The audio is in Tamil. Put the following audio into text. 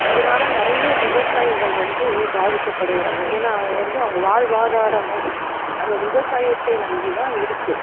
இதனால் நிறைய விவசாயிகள் வந்து பாதிக்கப்படுகிறாங்க ஏனால் அவங்க வந்து அவங்க வாழ்வாதாரமே அந்த விவசாயத்தை நம்பி தான் இருக்குது